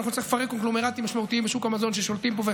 אנחנו נצטרך לפרק קונגלומרטים משמעותיים בשוק המזון ששולטים פה,